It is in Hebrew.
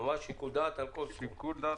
שיקול דעת.